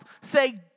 say